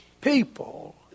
people